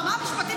ברמה המשפטית,